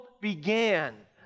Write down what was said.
began